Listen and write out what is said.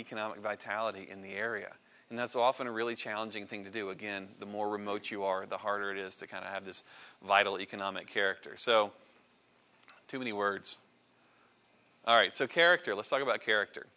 economic vitality in the area and that's often a really challenging thing to do again the more remote you are the harder it is to kind of have this vital economic character so too many words all right so character let's talk about character